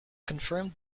confirmed